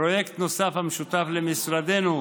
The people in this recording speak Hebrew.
פרויקט נוסף המשותף למשרדנו